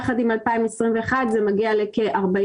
יחד עם 2021 זה מגיע לכ-48%.